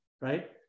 right